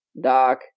Doc